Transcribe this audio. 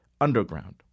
underground